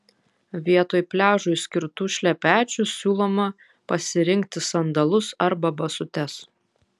vietoj pliažui skirtų šlepečių siūloma pasirinkti sandalus arba basutes